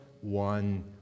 one